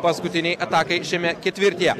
paskutinei atakai šiame ketvirtyje